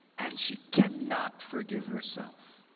and she cannot forgive herself.